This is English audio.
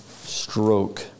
stroke